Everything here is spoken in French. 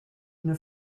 une